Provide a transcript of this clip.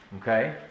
Okay